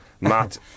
Matt